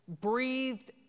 breathed